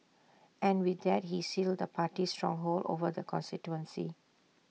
and with that he sealed the party's stronghold over the constituency